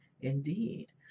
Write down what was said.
indeed